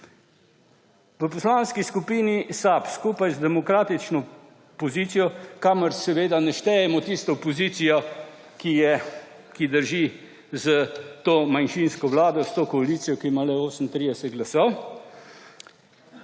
V Poslanski skupini SAB skupaj z demokratično opozicijo, kamor seveda ne štejemo tiste opozicije, ki drži s to manjšinsko vlado, s to koalicijo, ki ima le 38 glasov,